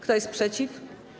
Kto jest przeciw?